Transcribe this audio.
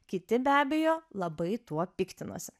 kiti be abejo labai tuo piktinosi